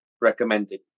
recommended